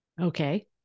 Okay